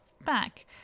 back